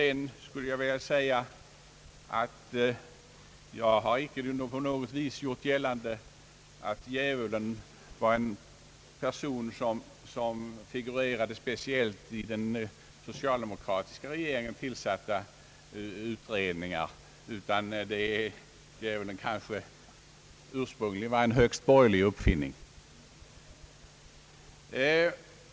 Jag har icke på något sätt gjort gällande att djävulen var en person som figurerade speciellt i utredningar, tillsatta av den socialdemokratiska regeringen. Djävulen kanske var en högst borgerlig uppfinning!